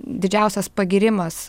didžiausias pagyrimas